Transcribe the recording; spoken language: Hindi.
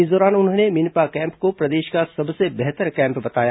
इस दौरान उन्होंने मिनपा कैम्प को प्रदेश का सबसे बेहतर कैम्प बताया